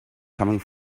coming